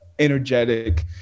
energetic